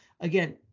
again